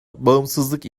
bağımsızlık